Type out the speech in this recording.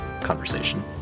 conversation